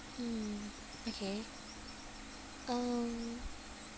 mm okay um